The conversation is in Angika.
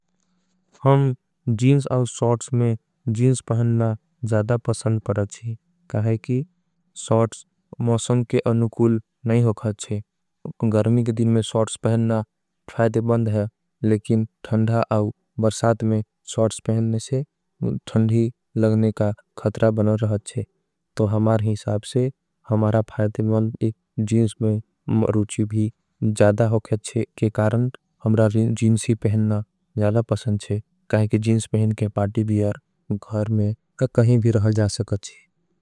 हम जीन्स और सौट्स में जीन्स पहनना ज़्यादा पसंद कराची। कहाई की सौट्स मौसम के अनूकूल नहीं होकाची गर्मी के। दिन में सौट्स पहनना फायदेबंद है लेकिन थंदा और बरसात। में सौट्स पहनने से थंदी लगने का खत्रा बना रहाची हमारा। फायदेबंद जीन्स में मरूची भी ज़्यादा होकाची के कारण। हमरा जीन्स ही पहनना ज़्यादा पसंद कराची कहाई की। जीन्स पहनने के पार्टी भी और घर में कहीं भी रहा जा सकाची।